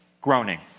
groaning